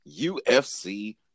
UFC